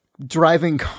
driving